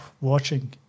watching